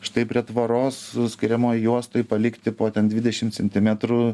štai prie tvoros skiriamojoj juostoj palikti po ten dvidešim centimetrų